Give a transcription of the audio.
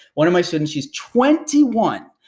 one of my students, she's twenty one,